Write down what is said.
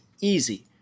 easy